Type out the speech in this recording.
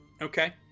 Okay